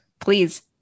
please